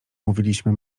mówiliśmy